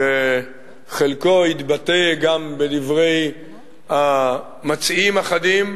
שחלקו התבטא גם בדברי מציעים אחדים